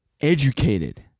educated